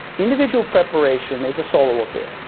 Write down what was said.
individual preparation is a solo affair.